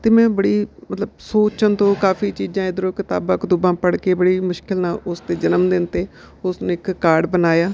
ਤਾਂ ਮੈਂ ਬੜੀ ਮਤਲਬ ਸੋਚਣ ਤੋਂ ਕਾਫੀ ਚੀਜ਼ਾਂ ਇੱਧਰੋਂ ਕਿਤਾਬਾਂ ਕਤੂਬਾਂ ਪੜ੍ਹ ਕੇ ਬੜੀ ਮੁਸ਼ਕਲ ਨਾਲ ਉਸਦੇ ਜਨਮਦਿਨ 'ਤੇ ਉਸ ਨੂੰ ਇੱਕ ਕਾਰਡ ਬਣਾਇਆ